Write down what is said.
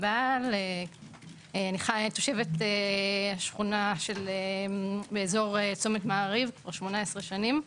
אני תושבת שכונה באזור צומת "מעריב" כבר 18 שנים.